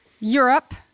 Europe